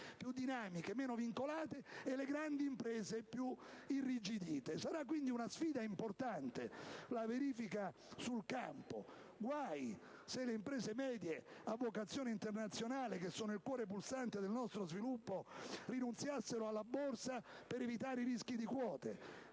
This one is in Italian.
più dinamiche, meno vincolate, e le grandi imprese, più irrigidite. Sarà quindi una sfida importante la verifica sul campo. Guai se le imprese medie a vocazione internazionale, che sono il cuore pulsante del nostro sviluppo, rinunziassero alla borsa per evitare i rischi di quote,